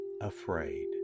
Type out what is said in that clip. afraid